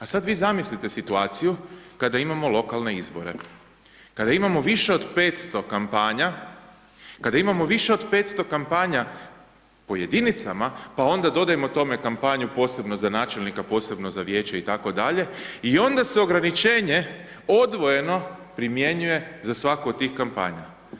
A sada vi zamislite situaciju kada imamo lokalne izbore, kada imamo više od 500 kampanja, kada imamo više od 500 kampanja po jedinicama, pa onda dodajmo tome kampanju, posebno za načelnika, posebno za vijeće itd. i onda se ograničenje odvojeno, primjenjuje za svaku od tih kampanja.